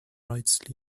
rights